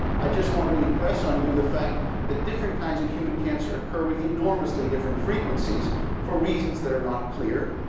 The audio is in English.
i just want to impress on you the fact that different kinds of human cancer occur with enormously different frequencies for reasons that are not clear.